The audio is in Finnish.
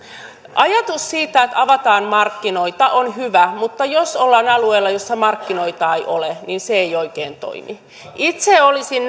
ajatus siitä että avataan markkinoita on hyvä mutta jos ollaan alueella jossa markkinoita ei ole niin se ei oikein toimi itse olisin